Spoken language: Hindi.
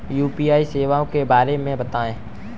यू.पी.आई सेवाओं के बारे में बताएँ?